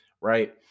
right